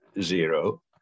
zero